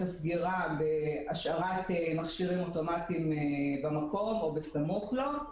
הסגירה בהשארת מכשירים אוטומטיים במקום של הסניף או בסמוך לו,